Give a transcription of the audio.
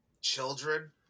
Children